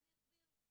ואני אסביר.